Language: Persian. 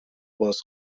باز